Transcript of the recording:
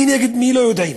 מי נגד מי, לא יודעים.